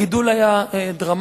הגידול היה דרמטי,